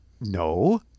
No